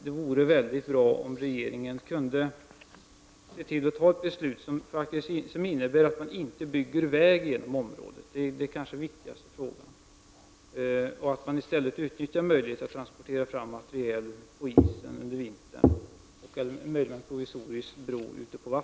Det vore väldigt bra om regeringen kunde fatta ett beslut som innebär att man inte bygger väg i området — detta är kanske den viktigaste frågan — och att man i stället utnyttjar möjligheten att transportera materiel på isen under vintertid eller möjligen på en provisorisk bro.